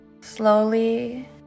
slowly